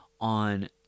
on